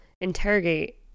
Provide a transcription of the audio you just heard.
interrogate